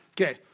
Okay